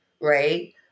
right